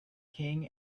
king